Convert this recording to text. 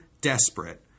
desperate